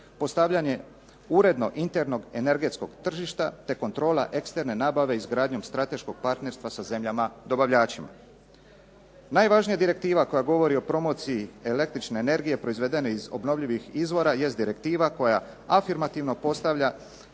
postavljanje uredno internog energetskog tržišta te kontrola eksterne nabave izgradnjom strateškog partnerstva sa zemljama dobavljačima. Najvažnija direktiva koja govori o promociji električne energije proizvedene iz obnovljivih izvora jest direktiva koja afirmativno postavlja